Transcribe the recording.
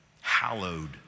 Hallowed